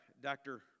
Dr